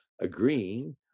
agreeing